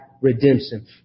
redemption